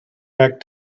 back